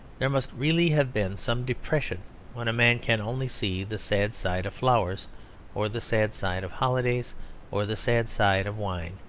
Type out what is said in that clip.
there must really have been some depression when a man can only see the sad side of flowers or the sad side of holidays or the sad side of wine.